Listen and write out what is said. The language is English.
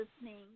listening